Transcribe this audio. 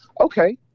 okay